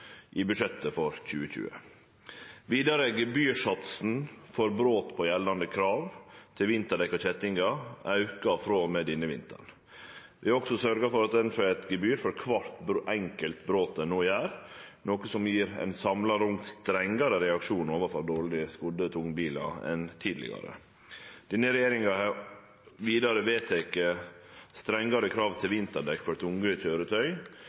i budsjettet for 2020. Vidare er gebyrsatsen for brot på gjeldande krav til vinterdekk og kjettingar auka frå og med denne vinteren. Det er også sørgt for at ein får eit gebyr for kvart enkelt brot ein no gjer, noko som samla gjev ein langt strengare reaksjon overfor dårleg skodde tungbilar enn tidlegare. Denne regjeringa har vidare vedteke strengare krav til vinterdekk for tunge køyretøy